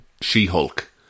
She-Hulk